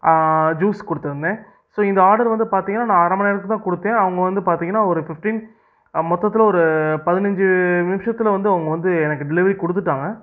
juice கொடுத்துருந்தேன் so இந்த order வந்து பார்த்திங்கனா நான் அரை மண்நேரத்துக்கு தான் கொடுத்தேன் அவங்க வந்து பார்த்திங்கனா ஒரு ஃபிஃப்ட்டின் மொத்தத்தில் ஒரு பதினஞ்சு நிமிஷத்தில் வந்து அவங்க வந்து எனக்கு டெலிவரி கொடுத்துட்டாங்க